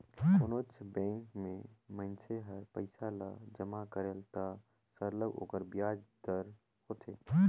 कोनोच बंेक में मइनसे हर पइसा ल जमा करेल त सरलग ओकर बियाज दर होथे